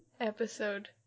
episode